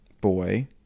boy